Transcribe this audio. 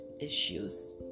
issues